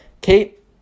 Kate